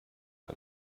end